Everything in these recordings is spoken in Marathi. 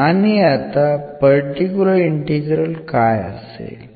आणि आता पर्टिक्युलर इंटिग्रल काय असेल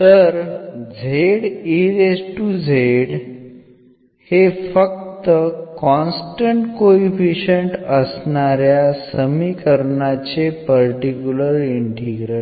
तर हे फक्त कॉन्स्टन्ट कोइफिशिएंट असणाऱ्या समीकरणाचे पर्टिक्युलर इंटिग्रल आहे